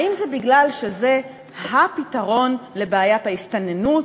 האם זה מפני שזה הפתרון של בעיית ההסתננות?